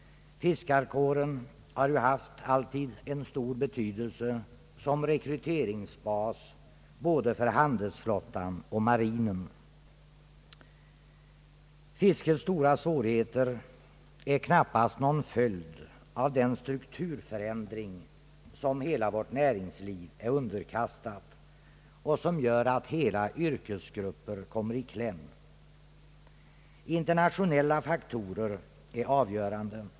Fiskarkåren har nämligen haft stor betydelse som rekryteringsbas för både handelsflottan och marinen. Fiskets stora svårigheter är knappast någon följd av den strukturförändring som hela vårt näringsliv är underkastat och som gör att hela yrkesgrupper kommer i kläm. Internationella faktorer är avgörande.